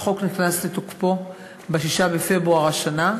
החוק נכנס לתוקפו ב-6 בפברואר השנה,